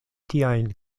tiajn